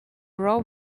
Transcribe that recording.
raw